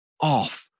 off